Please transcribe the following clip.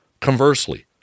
Conversely